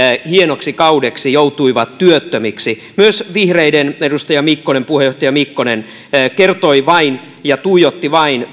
hienoksi kaudeksi joutuivat työttömiksi myös vihreiden edustaja puheenjohtaja mikkonen kertoi vain tulonjakovaikutuksista ja tuijotti vain